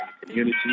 community